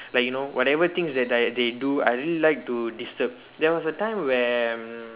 like you know whatever things that I they do I really like to disturb there was time when